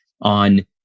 on